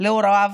להוריו